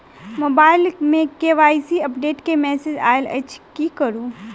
Mobile मे KYC update केँ message आइल अछि की करू?